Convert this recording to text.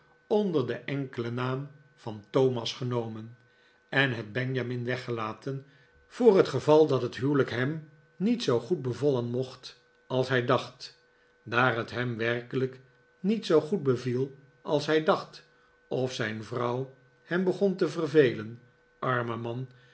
onder den enkelen naam van thomas genomen en het benjamin weggelaten voor het geval dat het huwelijk hem niet zoo goed bevallen mocht als hij dacht daar het hem werkelijk niet zoo goed beviel als hij dacht of zijn vrouw hem begon te vervelen arme man